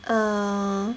err